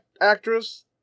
actress